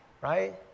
right